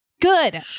Good